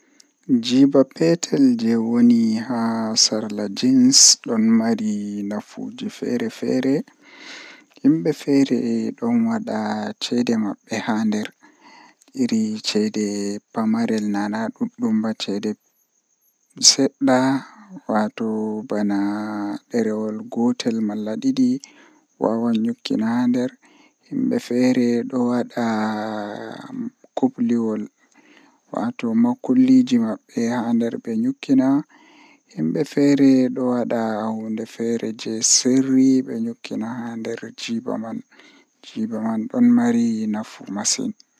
Woodi miseum haa kombi haa kombi saare lamido yola kanjum do mi yidi nastugo masin ngam woodi kareeji tari wuro man ko neebi nden tomi nasti mi laaran no wuro man fuddiri haa no wari jooni ko wontiri haa nder man suudu tarihi man.